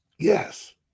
Yes